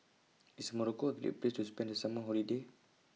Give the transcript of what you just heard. IS Morocco A Great Place to spend The Summer Holiday